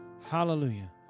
Hallelujah